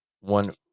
one